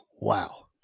Wow